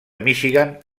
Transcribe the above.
michigan